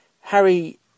Harry